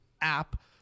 app